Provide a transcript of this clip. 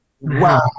Wow